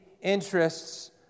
interests